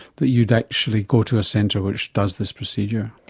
that you'd actually go to a centre which does this procedure?